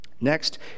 Next